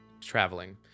traveling